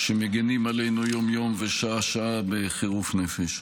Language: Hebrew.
שמגינים עלינו יום-יום, שעה-שעה, בחירוף נפש.